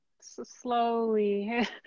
slowly